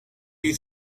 you